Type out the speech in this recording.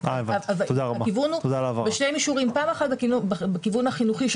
הכיוון הוא בשני מישורים פעם אחת בכיוון החינוכי,